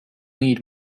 need